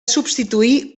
substituí